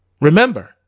Remember